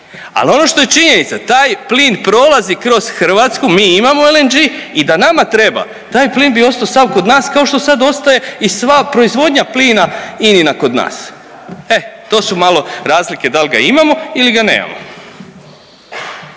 al ono što je činjenica taj plin prolazi kroz Hrvatsku, mi imamo LNG i da nama treba taj plin bi ostao sav kod nas kao što sad ostaje i sva proizvodnja plina Inina kod nas. E to su malo razlike dal ga imamo ili ga nemamo.